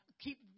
Keep